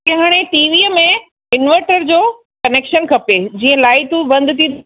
की हाणे टीवीअ में इंवटर जो कनेक्शन खपे जीअं लाइटूं बंदि थियूं